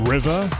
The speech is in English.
River